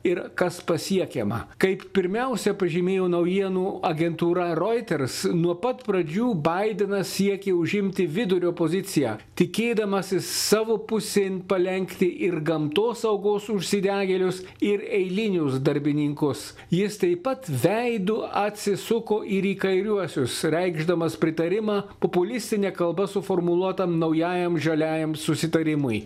ir kas pasiekiama kaip pirmiausia pažymėjo naujienų agentūra reuters nuo pat pradžių baidenas siekė užimti vidurio poziciją tikėdamasis savo pusėn palenkti ir gamtosaugos užsidegėlius ir eilinius darbininkus jis taip pat veidu atsisuko į kairiuosius reikšdamas pritarimą populistine kalba suformuluotam naujajam žaliajam susitarimui